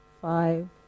Five